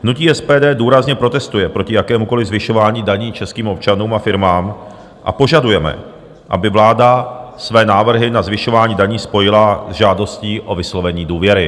Hnutí SPD důrazně protestuje proti jakémukoliv zvyšování daní českým občanům a firmám a požadujeme, aby vláda své návrhy na zvyšování daní spojila se žádostí o vyslovení důvěry.